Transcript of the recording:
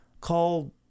called